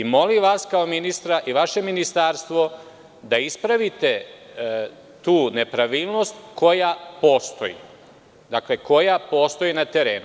Molim vas, kao ministra i vaše ministarstvo, da ispravite tu nepravilnost koja postoji na terenu.